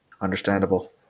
Understandable